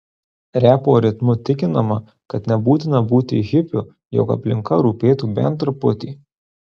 repo ritmu tikinama kad nebūtina būti hipiu jog aplinka rūpėtų bent truputį